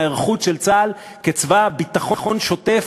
מההיערכות של צה"ל כצבא ביטחון שוטף,